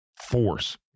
force